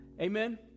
Amen